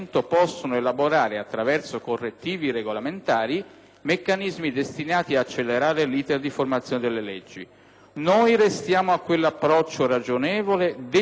meccanismi destinati ad accelerare l'*iter*di formazione delle leggi». Noi restiamo a quell'approccio ragionevole, dentro la Costituzione, per applicare la Costituzione